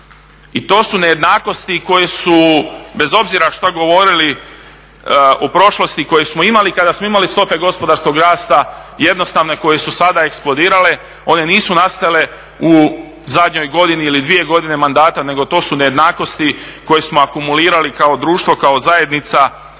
I to su nejednakosti koje su bez obzira što govorili o prošlosti, koje smo imali kada smo imali stope gospodarskog rasta jednostavne koje su sada eksplodirale, one nisu nastale u zadnjoj godini ili dvije godine mandata nego to su nejednakosti koje smo akumulirali kao društvo, kao zajednica